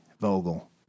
Vogel